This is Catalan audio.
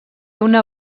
una